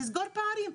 לסגור פערים,